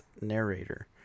narrator